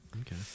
Okay